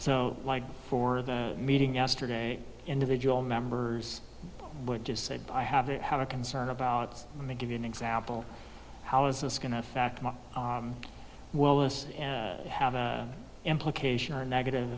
so like for the meeting yesterday individual members what just said i have it had a concern about let me give you an example how is this going to affect my well as to how the implications are negative